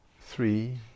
three